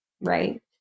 Right